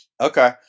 Okay